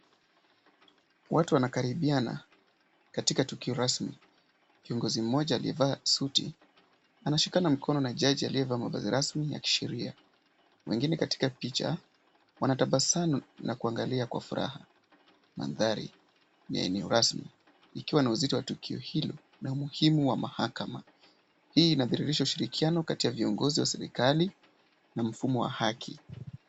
Watu wanakaribiana katika tukio rasmi. Kiongozi mmoja aliyevaa suti anashikana mkono na jaji aliyevaa mavazi rasmi ya kisheria. Wengine katika picha wanatabasamu na kuangalia kwa furaha. Mandhari ni ya eneo rasmi ikiwa na uzito wa tukio hilo na umuhimu wa mahakama. Hii inadhihirisha ushirikiano kati ya viongozi wa serekali na mfumo wa haki.